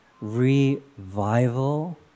revival